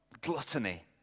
Gluttony